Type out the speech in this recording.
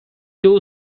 two